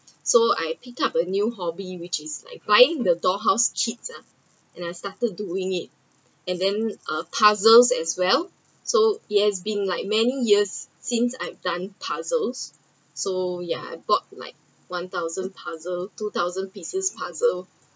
so I pickup a new hobby which is like buying the door house kits ah and I started doing it and then puzzles as well so it has been like many years since I’ve done puzzles so ya I bought like one thousand puzzles two thousand pieces puzzle